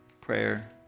prayer